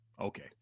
Okay